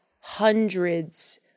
hundreds